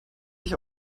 sich